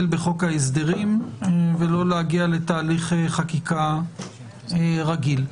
בחוק ההסדרים ולא להגיע לתהליך חקיקה רגיל.